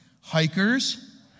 hikers